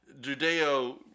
Judeo